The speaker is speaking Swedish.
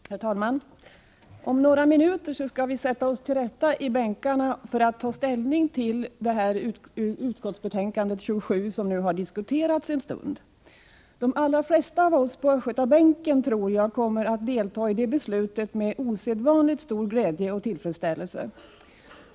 Herr talman! Om några minuter skall vi sätta oss till rätta i bänkarna för att ta ställning till det utskottsbetänkande — nr 27 från utbildningsutskottet — som har diskuterats nu en stund. De allra flesta av oss på Östgötabänken kommer, tror jag, att delta i det beslutet med osedvanligt stor glädje och tillfredsställelse.